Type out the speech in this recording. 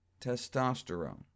testosterone